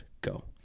Go